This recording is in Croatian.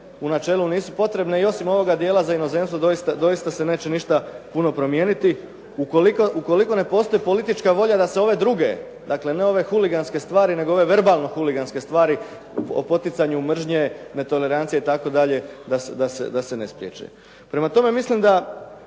u načelu nisu potrebne i osim ovoga dijela za inozemstvo doista se neće ništa puno promijeniti ukoliko ne postoji politička volja da se ove druge, dakle ne ove huliganske stvari nego ove verbalno huliganske stvari o poticanju mržnje, netolerancije itd. da se ne spriječe. Prema tome, mislim da